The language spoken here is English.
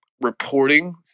reporting